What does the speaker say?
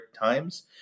times